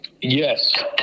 Yes